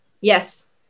Yes